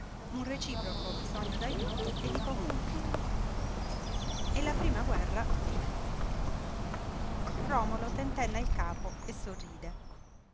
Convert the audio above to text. un reciproco bisogno d'ajuto e di conforto e la prima guerra finí romolo tentenna il capo e sorride